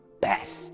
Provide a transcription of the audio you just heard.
best